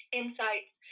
insights